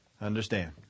Understand